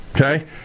Okay